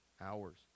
Hours